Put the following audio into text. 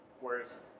Whereas